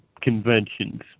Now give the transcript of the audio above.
conventions